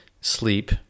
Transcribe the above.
sleep